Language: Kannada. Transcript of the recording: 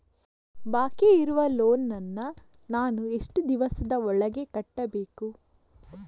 ಬಾಕಿ ಇರುವ ಲೋನ್ ನನ್ನ ನಾನು ಎಷ್ಟು ದಿವಸದ ಒಳಗೆ ಕಟ್ಟಬೇಕು?